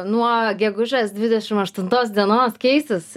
nuo gegužės dvidešim aštuntos dienos keisis